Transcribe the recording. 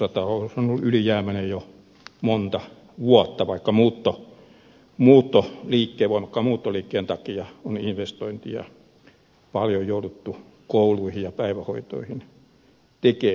talous on ollut ylijäämäinen jo monta vuotta vaikka voimakkaan muuttoliikkeen takia on paljon jouduttu investointeja kouluihin ja päivähoitoihin tekemään